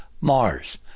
mars